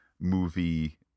movie